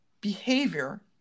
behavior